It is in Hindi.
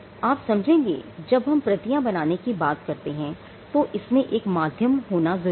आप समझेंगे कि जब हम प्रतियां बनाने की बात करते हैं तो इसमें एक माध्यम होना जरूरी है